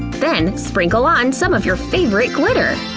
then sprinkle on some of your favorite glitter!